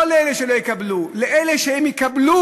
לא לאלה שלא יקבלו אלא לאלה שיקבלו,